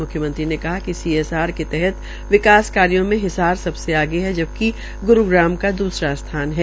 मूख्यमंत्री ने कहा कि सीएसआर के तहत विकास कार्यो में हिसार सबसे आगे है जबकि ग्रूग्राम का दूसरा स्थान है